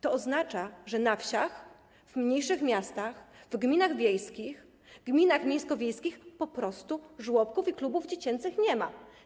To oznacza, że na wsiach, w mniejszych miastach, w gminach wiejskich, gminach miejsko-wiejskich po prostu żłobków i klubów dziecięcych nie ma.